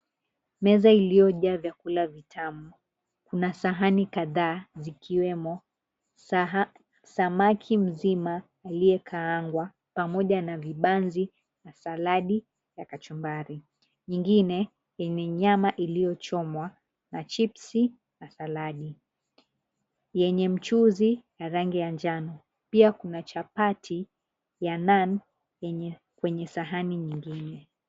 Meza ilio jaa vyakula vitamu kuna sahani kadhaa zikiwemo, samaki mzima aliyekaangwa pamoja na vibanzi na saladi ya kachumbari, nyingine yenye nyama iliyochomwa na chipsi na saladi, yenye mchuzi ya rangi ya njano pia kuna chapati ya naan kwenye sahani nyingine.